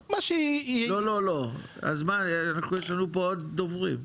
יש לנו פה עוד דוברים.